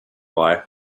why